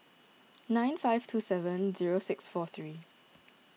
nine five two seven zero six four three